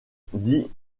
dit